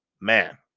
man